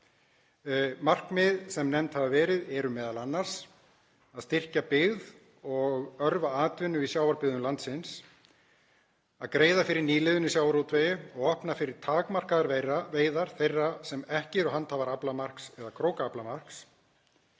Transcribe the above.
Markmið sem nefnd hafa verið eru m.a. að styrkja byggð og örva atvinnu í sjávarbyggðum landsins, að greiða fyrir nýliðun í sjávarútvegi og opna fyrir takmarkaðar veiðar þeirra sem ekki eru handhafar aflamarks eða krókaaflamarks,